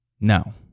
No